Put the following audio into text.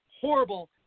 horrible